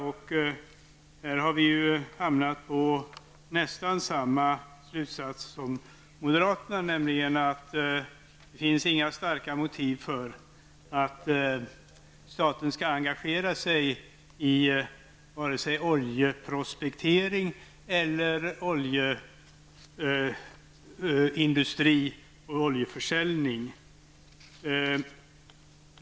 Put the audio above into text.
Vi har här kommit fram till nästan samma slutsats som moderaterna, nämligen att det inte finns några starka motiv för att staten skall engagera sig i oljeprospektering, oljeindustri eller oljeförsäljning.